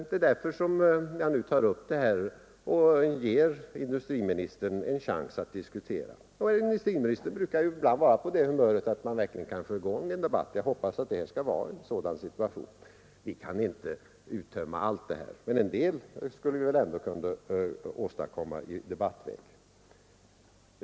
Det är därför jag tar upp det här och ger industriministern en chans att diskutera. Industriministern brukar ju ibland vara på det humöret att man verkligen kan få i gång en debatt. Jag hoppas att det här skall vara en sådan situation. Vi kan inte uttömma hela detta ämne, men en del skulle vi väl ändå kunna åstadkomma i debattväg.